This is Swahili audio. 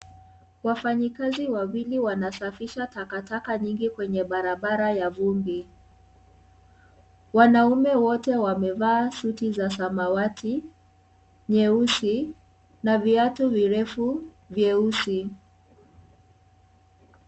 Wafanyakazi wawili wanasafisha takataka nyingi kwenye barabara ya vumbi. Wanaume wote wamevaa suti za samawati, nyeusi na viatu virefu vyeusi.